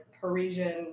Parisian